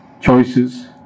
choices